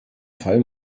fall